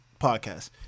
podcast